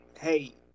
hey